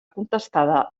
contestada